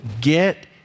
Get